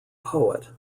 poet